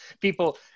people